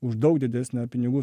už daug didesnę pinigų